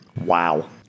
Wow